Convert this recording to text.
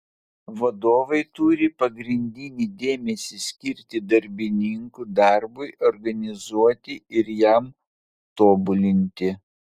vadovai turi pagrindinį dėmesį skirti darbininkų darbui organizuoti ir jam tobulinti